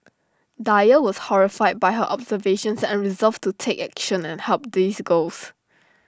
dyer was horrified by her observations and resolved to take action and help these girls